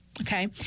Okay